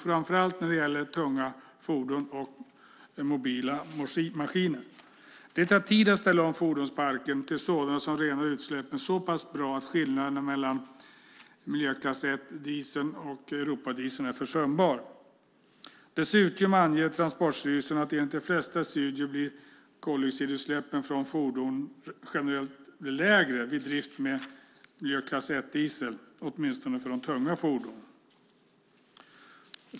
Framför allt gäller det tunga fordon och mobila maskiner. Det tar tid att ställa om fordonsparken till fordon med rening av utsläppen som är så pass bra att skillnaden mellan miljöklass 1-dieseln och Europadieseln är försumbar. Dessutom anger Transportstyrelsen att koldioxidutsläppen från fordon enligt de flesta studier generellt blir lägre vid drift med miljöklass 1-diesel, åtminstone för tunga fordon.